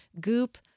Goop